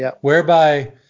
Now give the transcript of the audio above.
whereby